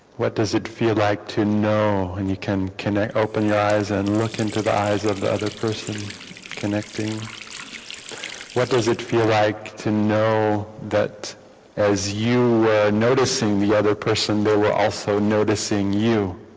what does it feel like to know and you can connect open your eyes and look into the eyes of the other person connecting what does it feel like to know that as you noticing the other person they were also noticing you